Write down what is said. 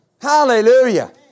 hallelujah